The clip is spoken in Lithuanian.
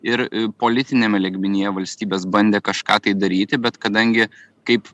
ir politiniame lygmenyje valstybės bandė kažką tai daryti bet kadangi kaip